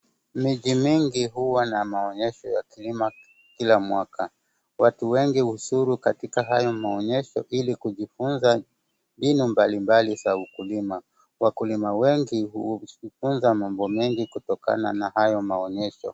Miji mingi huwa na maonyesho ya kilimo kila mwaka. Watu wengi huzuru katika hayo maonyesho ili kujifuza mbinu mbalimbali za ukulima. Wakulima wengi hujifuza mambo mengi kutokana na hayo maonyesho.